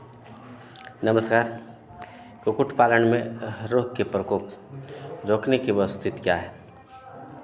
नमस्कार कुक्कुट पालन में रोग के प्रकोप रोकने की अवस्थित क्या है